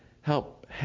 help